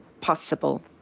possible